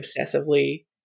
obsessively